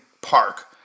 park